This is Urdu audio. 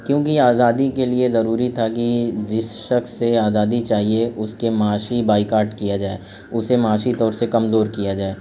کیونکہ آزادی کے لیے ضروری تھا کہ جس شخص سے آزادی چاہیے اس کے معاشی بائیکاٹ کیا جائے اسے معاشی طور سے کمزور کیا جائے